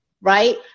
Right